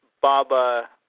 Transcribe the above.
Baba